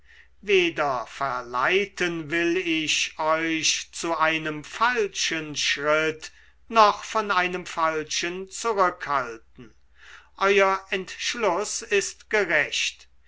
weder verleiten will ich euch zu einem falschen schritt noch von einem falschen zurückhalten euer entschluß ist gerecht